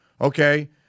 Okay